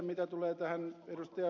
mitä tulee ed